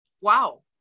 wow